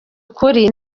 ukuri